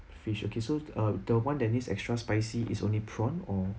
fish okay so err the one that extra spicy is only prawn or